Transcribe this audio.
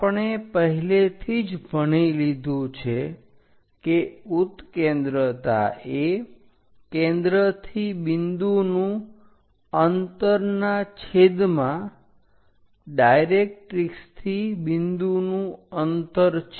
આપણે પહેલેથી જ ભણી લીધું છે કે ઉત્કેન્દ્રતા એ કેન્દ્રથી બિંદુનું અંતરના છેદમાં ડાયરેક્ટરીક્ષથી બિંદુનું અંતર છે